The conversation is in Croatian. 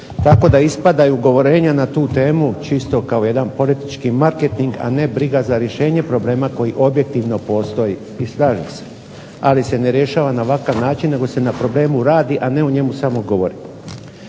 Tako da ispadaju govorenja na tu temu čisto kao jedan politički marketing, a ne briga za rješenje problema koji objektivno postoji, i slažem se, ali se rješava na ovakav način, nego se na problemu radi, a ne o njemu samo govoriti.